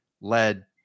led